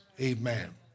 Amen